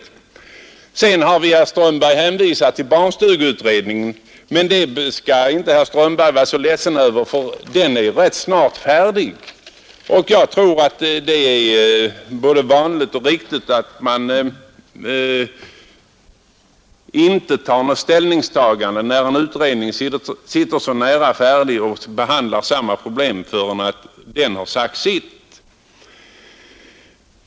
Utskottet har vidare, herr Strömberg, hänvisat till barnstugeutredningen, men det skall herr Strömberg inte vara så ledsen över, ty den är snart färdig. Jag tror också att det är både vanligt och riktigt att man inte tar ställning i en fråga, om det finns en utredning som behandlar samma problem och särskilt om den snart är färdig.